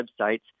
websites